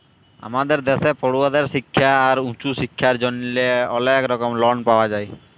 আমাদের দ্যাশে পড়ুয়াদের শিক্খা আর উঁচু শিক্খার জ্যনহে অলেক রকম লন পাওয়া যায়